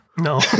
No